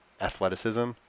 athleticism